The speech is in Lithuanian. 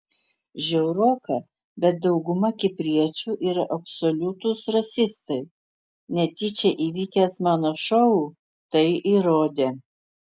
žiauroka bet dauguma kipriečių yra absoliutūs rasistai netyčia įvykęs mano šou tai įrodė